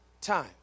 time